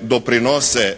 doprinose